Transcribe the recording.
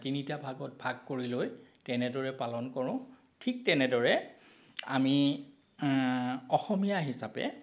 তিনিটা ভাগত ভাগ কৰি লৈ তেনেদৰে পালন কৰোঁ ঠিক তেনেদৰে আমি অসমীয়া হিচাপে